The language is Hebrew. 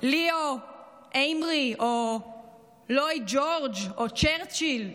ליאו איימרי או לויד ג'ורג' או צ'רצ'יל,